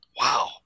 Wow